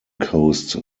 coast